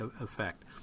effect